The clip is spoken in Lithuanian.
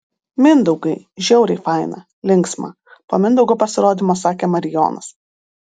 mindaugai žiauriai faina linksma po mindaugo pasirodymo sakė marijonas